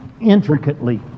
intricately